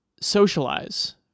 socialize